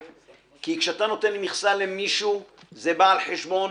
כשאתה נותן מכסה למישהו זה בא על חשבון